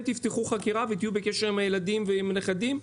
תפתחו חקירה ותהיו בקשר עם הילדים ועם הנכדים?